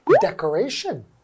decoration